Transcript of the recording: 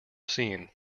seen